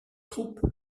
troupe